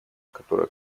которая